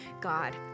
God